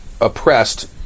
oppressed